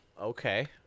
Okay